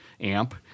amp